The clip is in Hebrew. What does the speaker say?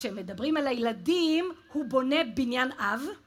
כשמדברים על הילדים, הוא בונה בניין אב